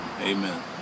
amen